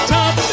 top